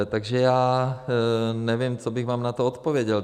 Takže já nevím, co bych vám na to odpověděl.